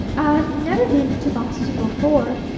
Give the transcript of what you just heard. i've never been to boston before,